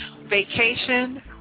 vacation